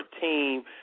team